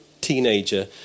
teenager